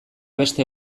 beste